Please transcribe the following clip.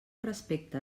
respecte